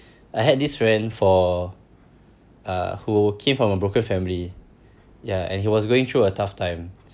I had this friend for uh who came from a broken family ya and he was going through a tough time